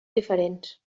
diferents